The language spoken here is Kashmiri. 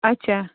اَچھا